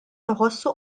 iħossu